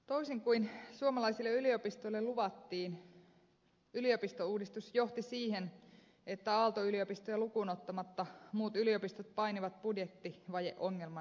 toisin kuin suomalaisille yliopistoille luvattiin yliopistouudistus johti siihen että aalto yliopistoa lukuun ottamatta muut yliopistot painivat budjettivajeongelman kanssa